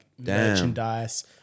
merchandise